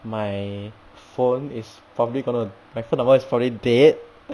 my phone is probably going to my phone number is probably dead